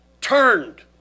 turned